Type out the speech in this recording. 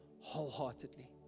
wholeheartedly